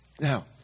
Now